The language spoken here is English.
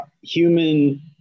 human